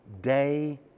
day